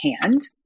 hand